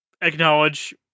acknowledge